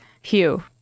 Hugh